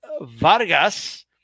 Vargas